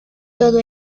todo